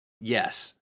Yes